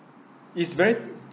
it's very